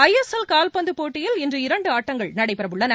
ஐ S L கால்பந்துபோட்டியில் இன்று இரண்டுஆட்டங்கள் நடைபெறவுள்ளன